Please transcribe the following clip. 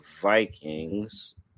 vikings